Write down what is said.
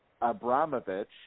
Abramovich